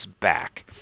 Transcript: back